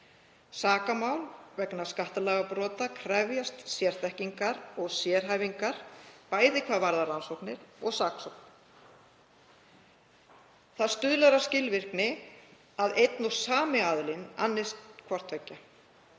Sakamál vegna skattalagabrota krefjast sérþekkingar og sérhæfingar, bæði hvað varðar rannsóknir og saksókn. Það stuðlar að skilvirkni að einn og sami aðilinn annist hvort tveggja.